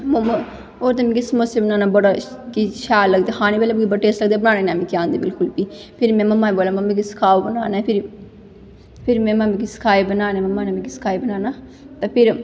मोमो होर ते मिगी समोसे बनाना बड़ा कि शैल लगदा खाने बेल्लै मिगी बड़े टेस्ट लगदे बनाने निं आंदे मिगी बिलकुल बी फिर में मम्मा गी बोलेआ मम्मी मिगी सखाओ बनाना फिर फिर मम्मा ने मिगी सखाए बनाने मम्मा ने मिगी सखाए बनाना ते फिर